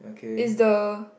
is the